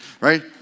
right